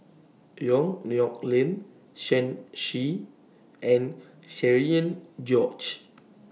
Yong Nyuk Lin Shen Xi and Cherian George